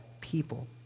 people